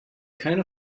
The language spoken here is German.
keine